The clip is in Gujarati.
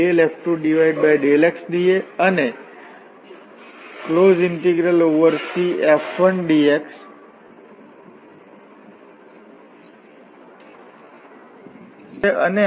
તેથી કર્વ પર ઇન્ટીગ્રેશન કરવાને બદલે આ થીઓરમ કહે છે કે તે આ એરિયા R પર ઇન્ટીગ્રેટ કરવું એક સરખું છે પરંતુ પછી સંકલિત બદલાશે જે F2∂x F1∂y છે